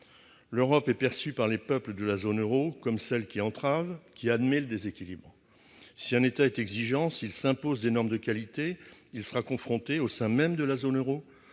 l'Europe est perçu par les peuples de la zone Euro, comme celle qui entravent qui admet le déséquilibre si un État est exigeant, il s'impose des normes de qualité, il sera confronté au sein même de la zone Euro